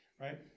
right